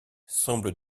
semble